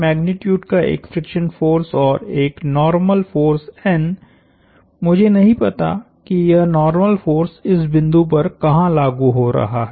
magnitude का एक friction force और एक नार्मल फोर्समुझे नहीं पता कि यह नार्मल फोर्स इस बिंदु पर कहाँ लागु हो रहा है